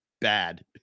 bad